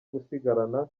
gusigarana